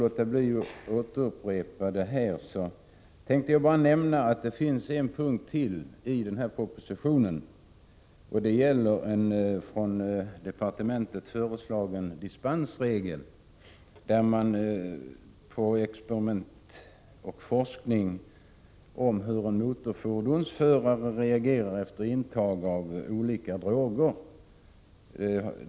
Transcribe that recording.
Jag tänker bara nämna att det finns ytterligare en punkt i propositionen, och den gäller en från departementet föreslagen dispensregel som skall möjliggöra experimentell forskning om hur en motorfordonsförare reagerar vid användning av olika droger.